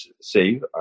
save